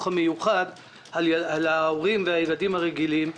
המיוחד על ההורים והילדים הרגילים.